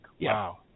wow